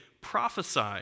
prophesy